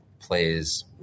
plays